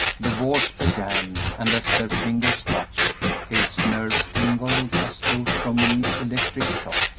the waltz began, and as their fingers touched kate's nerves tingled as though from an electric shock.